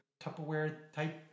Tupperware-type